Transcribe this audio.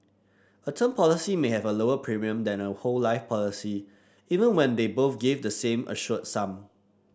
a term policy may have a lower premium than a whole life policy even when they both give the same assured sum